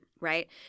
Right